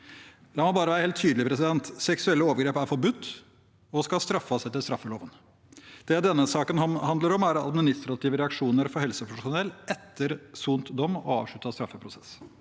La meg bare være helt tydelig: Seksuelle overgrep er forbudt og skal straffes etter straffeloven. Det denne saken handler om, er administrative reaksjoner for helsepersonell etter sonet dom og avsluttet straffeprosess.